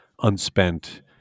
unspent